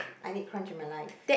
I need crunch in my life